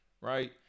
right